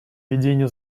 ведения